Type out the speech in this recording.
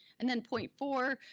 and then point four,